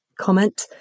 comment